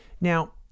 now